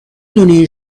دونی